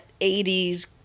80s